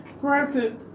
Granted